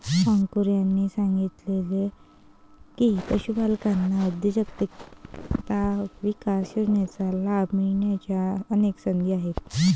अंकुर यांनी सांगितले की, पशुपालकांना दुग्धउद्योजकता विकास योजनेचा लाभ मिळण्याच्या अनेक संधी आहेत